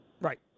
Right